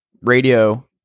radio